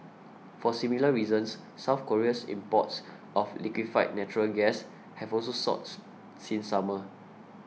for similar reasons South Korea's imports of liquefied natural gas have also soared since summer